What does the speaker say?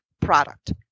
product